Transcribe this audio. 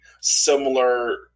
similar